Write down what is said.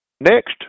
next